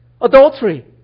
adultery